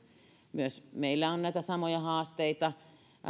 myös meillä on näitä samoja haasteita meistä